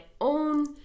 own